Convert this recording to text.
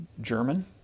German